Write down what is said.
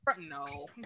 No